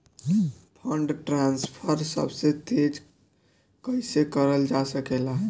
Fund transfer सबसे तेज कइसे करल जा सकेला?